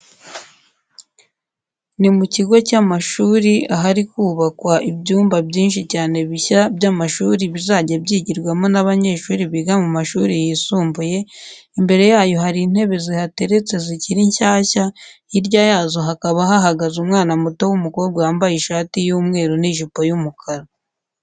Ni mu kigo cy'amashuri ahari kubakwa ibyumba byinshi cyane bishya by'amashuri bizajya byigirwamo n'abanyeshuri biga mu mashuri yisumbuye, imbere yayo hari intebe zihateretse zikiri nshyashya, hirya yazo hakaba hahagaze umwana muto w'umukobwa wambaye ishati y'umweru n'ijipo y'umukara.